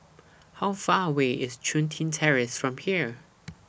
How Far away IS Chun Tin Terrace from here